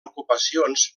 ocupacions